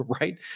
right